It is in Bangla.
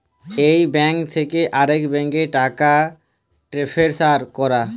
ইক ব্যাংক থ্যাকে আরেক ব্যাংকে টাকা টেলেসফার ক্যরা